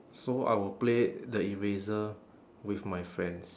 so I will play the eraser with my friends